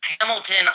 Hamilton